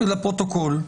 לפרוטוקול,